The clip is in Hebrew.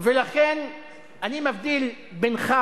אני מבדיל בינך,